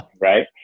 Right